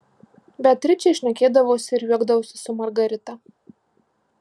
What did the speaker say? beatričė šnekėdavosi ir juokdavosi su margarita